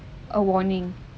a warning